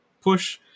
push